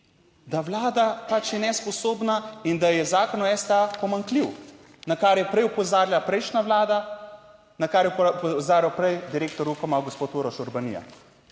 da Vlada pač je nesposobna in da je Zakon o STA pomanjkljiv, na kar je prej opozarjala prejšnja Vlada, na kar je opozarjal prej direktor Ukoma, gospod Uroš Urbanija.